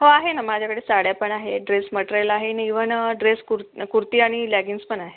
हो आहे ना माझ्याकडे साड्या पण आहे ड्रेस मट्रेल आहे आणि इवन ड्रेस कुर कुर्ती आणि लेगिन्स पण आहे